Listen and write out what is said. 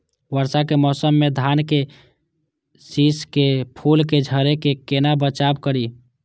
वर्षा के मौसम में धान के शिश के फुल के झड़े से केना बचाव करी?